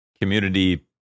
community